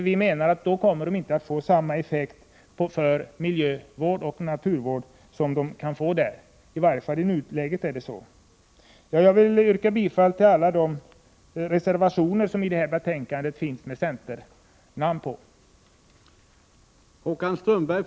Vi menar att de då inte kommer att få samma effekt för miljövård och naturvård som de kan få genom naturvårdsverket. I varje fall är det så i nuläget. Jag vill yrka bifall till alla reservationer med centernamn i utskottsbetänkandet.